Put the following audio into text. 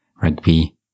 rugby